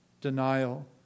denial